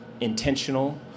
intentional